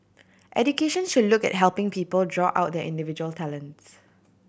education should look at helping people draw out their individual talents